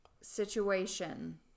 situation